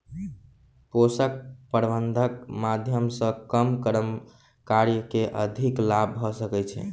पोषक प्रबंधनक माध्यम सॅ कम कार्य मे अधिक लाभ भ सकै छै